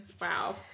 Wow